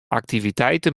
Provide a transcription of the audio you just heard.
aktiviteiten